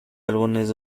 álbumes